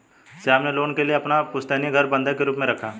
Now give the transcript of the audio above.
श्याम ने लोन के लिए अपना पुश्तैनी घर बंधक के रूप में रखा